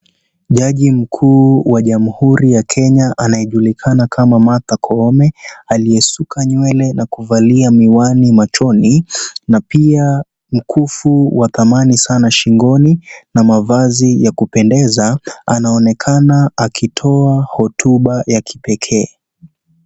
Haki mkuu wa jamuhuri ya Kenya anayejulikana kama Martha koome, aliyesuka nywele na kuvalia miwani machoni. Na pia mkufu wa dhamani sana shingoni. Na mavazi ya kupendeza, anaonekana akitoa hotuba ya pekee.